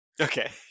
Okay